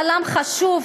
צלם חשוב,